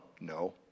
No